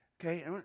okay